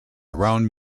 around